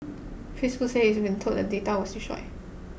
Facebook said it has been told that the data were destroyed